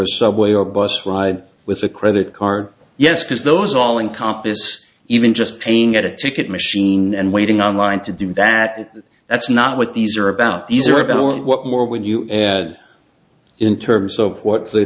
a subway or bus ride with a credit card yes because those all encompass even just paying at a ticket machine and waiting on line to do that that's not what these are about these are about what more when you add in terms of what